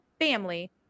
family